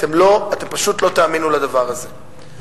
אתם פשוט לא תאמינו לדבר הזה,